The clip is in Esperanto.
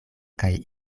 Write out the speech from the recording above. kaj